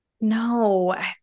No